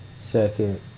Second